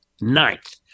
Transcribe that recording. Ninth